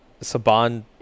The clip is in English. Saban